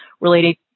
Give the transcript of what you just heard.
related